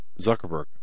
Zuckerberg